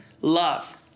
love